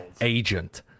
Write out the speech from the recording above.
agent